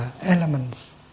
elements